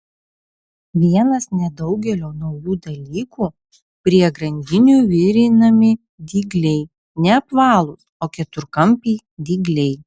vienas nedaugelio naujų dalykų prie grandinių virinami dygliai ne apvalūs o keturkampiai dygliai